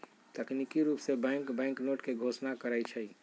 तकनिकी रूप से बैंक बैंकनोट के घोषणा करई छई